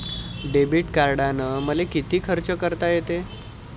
Debit कार्डानं मले किती खर्च करता येते?